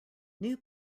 new